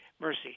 mercy